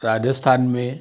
राजस्थान में